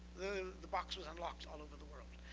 the box was unlocked all over the world.